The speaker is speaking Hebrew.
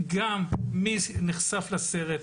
גם מי נחשף לסרט,